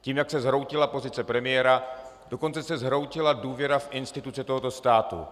Tím, jak se zhroutila pozice premiéra, dokonce se zhroutila důvěra v instituce tohoto státu.